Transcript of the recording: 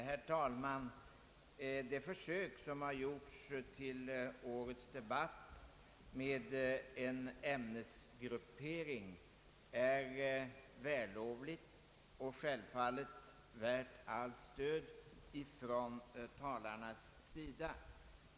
Herr talman! Det försök som har gjorts till årets remissdebatt med en ämnesgruppering är vällovlig och självfallet värd allt stöd från talarnas sida.